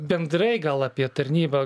bendrai gal apie tarnybą